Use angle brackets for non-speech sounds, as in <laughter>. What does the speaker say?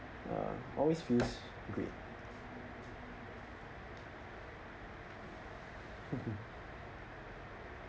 uh always feels great <laughs>